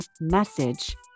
message